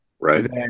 right